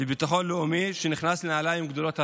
לביטחון לאומי שנכנס לנעליים שגדולות עליו.